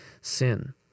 sin